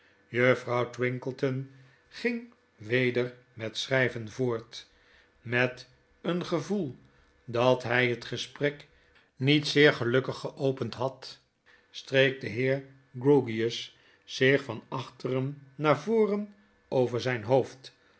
juffrouw twinkleton ging weder met schryven voort met een gevoel dat hy het gesprek niet zeer gelukkig geopend had streek de heer grewgious zich van achteren naar voren over zyn hoofd